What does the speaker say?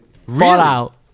Fallout